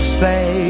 say